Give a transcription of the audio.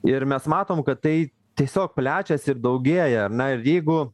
ir mes matom kad tai tiesiog plečias ir daugėja na ir jeigu